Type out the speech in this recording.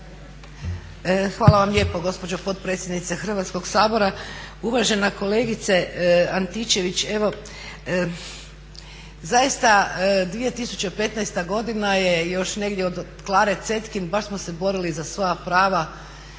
Hvala vam lijepo gospođo potpredsjednice Hrvatskoga sabora. Uvažena kolegice Antičević, evo, zaista 2015. godina je još negdje od Klare Cetkin, baš smo se borili za svoja prava